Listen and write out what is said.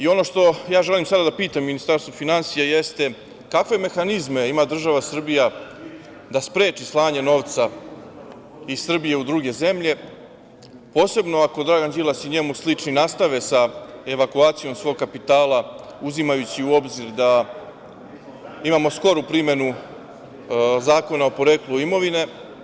Ono što sada želim da pitam Ministarstvo finansija jeste – kakve mehanizme ima država Srbija da spreči slanje novca iz Srbije u druge zemlje, posebno ako Dragan Đilas i njemu slični nastave sa evakuacijom svog kapitala, uzimajući u obzir da imamo skoru primenu Zakona o poreklu imovine?